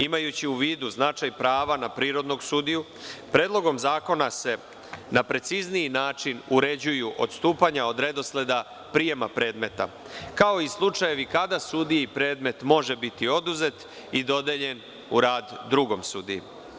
Imajući u vidu značaj prava na prirodnog sudiju, predlogom zakona se na precizniji način uređuju odstupanja od redosleda prijema predmeta, kao i slučajevi kada sudiji predmet može biti oduzet i dodeljen u rad drugom sudiji.